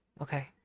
Okay